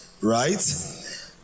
right